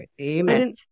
Amen